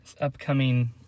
upcoming